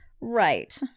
Right